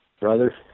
brother